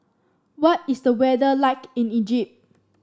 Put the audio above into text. what is the weather like in Egypt